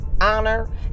honor